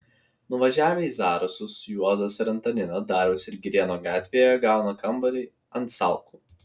nuvažiavę į zarasus juozas ir antanina dariaus ir girėno gatvėje gauna kambarį ant salkų